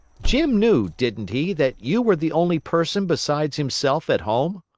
jim knew, didn't he, that you were the only person besides himself at home?